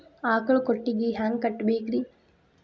ಆಕಳ ಕೊಟ್ಟಿಗಿ ಹ್ಯಾಂಗ್ ಕಟ್ಟಬೇಕ್ರಿ?